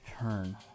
turn